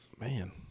man